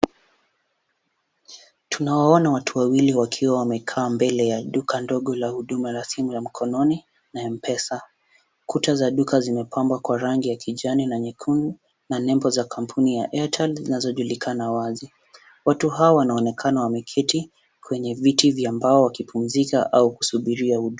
Tunawaona watu wawili wakiwa wamekaa mbele ya duka ndogo la huduma ya simu ya mkononi na m-pesa . Kuta za duka zimepambwa kwa rangi ya kijani na nyekundu na nembo za kampuni ya kampuni ya airtel zinazochulikana wazi. Watu hawa wanaonekana wameketi kwenye viti vya mbao wakipumzika au wakisubiria huduma..,